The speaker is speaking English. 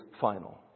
final